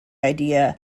idea